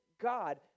God